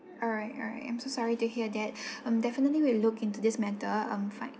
alright alright I'm so sorry to hear that um definitely we'll look into this matter um find